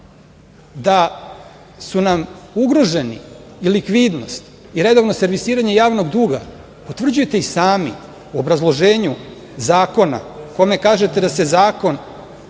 su nam ugroženi i likvidnost i redovno servisiranje javnog duga utvrđujete i sami u obrazloženju zakona u kome kažete da se zakon